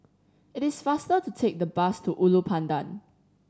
it is faster to take the bus to Ulu Pandan